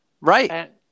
Right